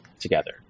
together